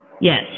Yes